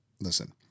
listen